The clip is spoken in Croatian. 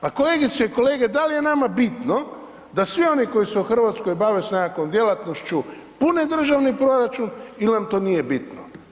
Pa kolegice i kolege dal' je nama bitno da svi oni koji su u Hrvatskoj bave s nekakvom djelatnošću, pune državni proračun il' nam to nije bitno?